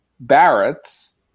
Barrett's